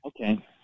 Okay